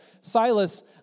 Silas